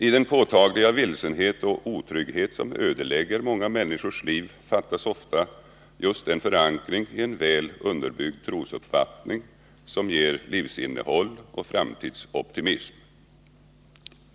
I den påtagliga vilsenhet och otrygghet som ödelägger många människors liv fattas ofta just en förankring i en väl underbyggd trosuppfattning som ger livsinnehåll och framtidsoptimism.